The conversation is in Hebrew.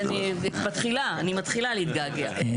אני מתחילה אני מתחילה להתגעגע,